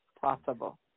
possible